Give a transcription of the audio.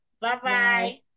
Bye-bye